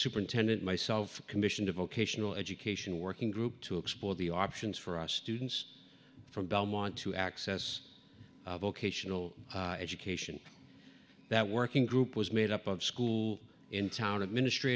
superintendent myself commissioned a vocational education working group to explore the options for our students from belmont to access vocational education that working group was made up of school in town administr